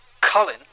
Colin